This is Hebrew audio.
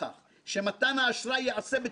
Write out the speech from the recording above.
הסודיות הבנקאית החשובה תישמר,